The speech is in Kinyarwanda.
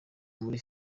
muri